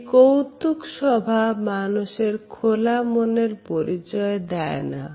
এই কৌতুক স্বভাব মানুষের খোলা মনের পরিচয় দেয় না